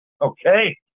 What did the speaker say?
okay